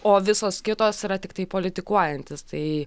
o visos kitos yra tiktai politikuojantys tai